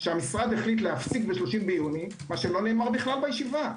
שהמשרד החליט להפסיק ב-30 ביוני מה שלא נאמר כלל בישיבה.